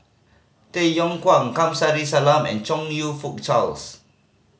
Tay Yong Kwang Kamsari Salam and Chong You Fook Charles